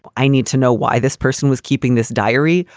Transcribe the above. i need to know why this person was keeping this diary,